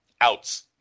outs